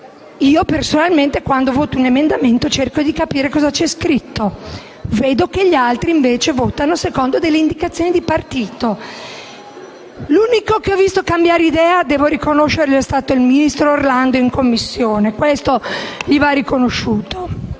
Personalmente quando voto un emendamento cerco di capire cosa c'è scritto. Vedo che gli altri invece votano secondo indicazioni di partito. L'unico che ho visto cambiare idea è stato il ministro Orlando in Commissione (questo gli va riconosciuto),